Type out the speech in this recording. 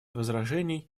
возражений